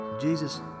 Jesus